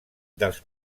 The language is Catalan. dels